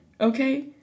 okay